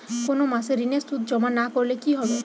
কোনো মাসে ঋণের সুদ জমা না করলে কি হবে?